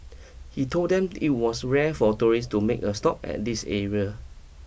he told them it was rare for tourists to make a stop at this area